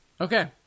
Okay